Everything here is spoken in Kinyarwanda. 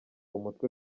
umutwe